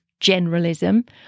generalism